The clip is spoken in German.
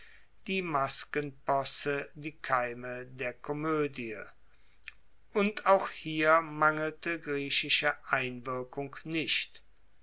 die maskenposse die keime der komoedie und auch hier mangelte griechische einwirkung nicht